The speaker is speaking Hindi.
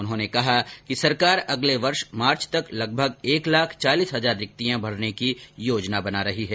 उन्होंने कहा कि सरकार अगले वर्ष मार्च तक लगभग एक लाख चालीस हजार रिक्तियां भरने की योजना बना रही हैं